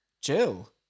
Jill